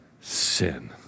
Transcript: sin